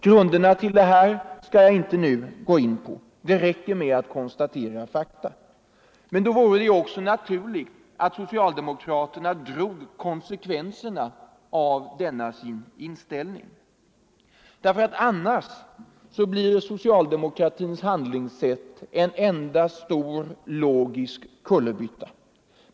Grun = m.m. derna till detta skall jag inte nu gå in på. Det räcker med att konstatera fakta. Men då vore det också naturligt att socialdemokraterna drog konsekvenserna av denna sin inställning. Annars blir socialdemokratins handlingssätt en stor logisk kullerbytta.